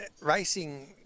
racing